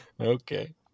Okay